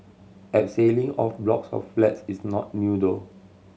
abseiling off blocks of flats is not new though